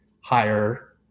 higher